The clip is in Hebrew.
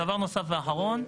דבר נוסף ואחרון,